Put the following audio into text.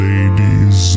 Ladies